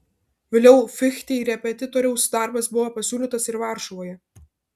vėliau fichtei repetitoriaus darbas buvo pasiūlytas ir varšuvoje